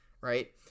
right